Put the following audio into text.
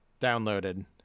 Downloaded